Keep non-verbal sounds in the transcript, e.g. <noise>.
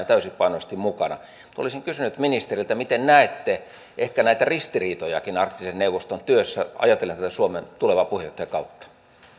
<unintelligible> täysipainoisesti mukana olisin kysynyt ministeriltä miten näette ehkä näitä ristiriitojakin arktisen neuvoston työssä ajatellen tätä suomen tulevaa puheenjohtajakautta